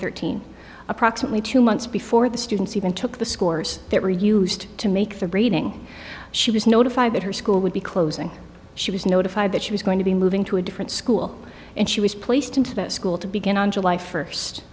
thirteen approximately two months before the students even took the scores that were used to make the braiding she was notified that her school would be closing she was notified that she was going to be moving to a different school and she was placed into that school to begin on july first